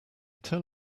tell